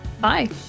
Bye